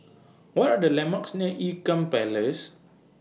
What Are The landmarks near Ean Kiam Place